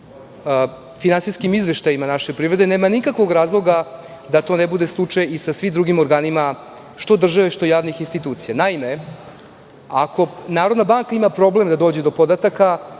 finansijskim izveštajima naše privrede, nema nikakvog razloga da to ne bude slučaj i sa svim drugim organima, što države, što javnih institucija. Naime, ako Narodna banka ima problem da dođe do podataka,